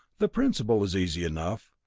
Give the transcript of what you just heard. the principle is easy enough,